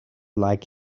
like